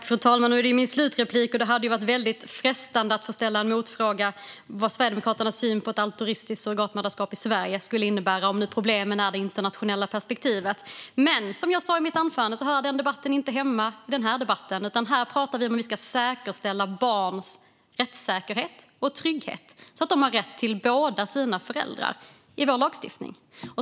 Fru talman! Det här är min slutreplik, annars hade jag varit frestad att ställa en motfråga om Sverigedemokraternas syn på vad altruistiskt surrogatmoderskap i Sverige skulle innebära om nu problemet är det internationella perspektivet. Men som jag sa i mitt anförande hör den debatten inte hemma i den här debatten. Här pratar vi om hur vi ska säkerställa barns rättssäkerhet och trygghet så att de har rätt till båda sina föräldrar i vår lagstiftning.